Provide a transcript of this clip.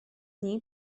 dni